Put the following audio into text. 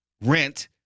rent